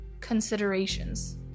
considerations